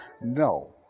No